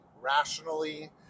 rationally